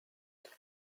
what